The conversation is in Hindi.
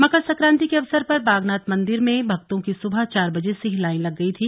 मकर संक्रांति के अवसर पर बागनाथ मंदिर में भक्तों की सुबह चार बजे से ही लाइन लग गई थी